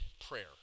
prayer